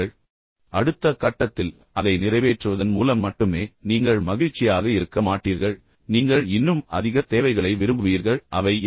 இப்போது அடுத்த கட்டத்தில் அவர் கூறுகிறார் அதை நிறைவேற்றுவதன் மூலம் மட்டுமே நீங்கள் மகிழ்ச்சியாக இருக்க மாட்டீர்கள் நீங்கள் இன்னும் அதிக தேவைகளை விரும்புவீர்கள் அவை என்ன